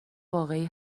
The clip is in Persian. واقعی